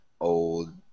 old